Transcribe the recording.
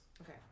Okay